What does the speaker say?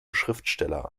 schriftsteller